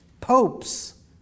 popes